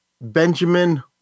Benjamin